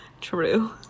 True